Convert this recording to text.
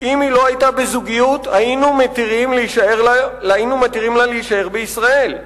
"אם היא לא היתה בזוגיות היינו מתירים לה להישאר בישראל.